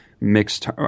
mixed